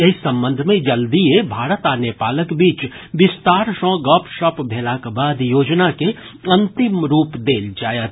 एहि संबंध मे जल्दीए भारत आ नेपालक बीच विस्तार सँ गपशप भेलाक बाद योजना के अंतिम रूप देल जायत